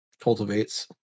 cultivates